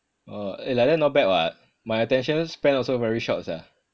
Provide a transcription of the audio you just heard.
uh eh like that not bad [what] my attention span also very short sia